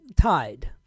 tide